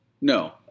No